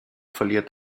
verliert